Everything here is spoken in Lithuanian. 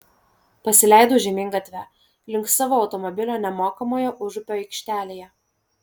pasileidau žemyn gatve link savo automobilio nemokamoje užupio aikštelėje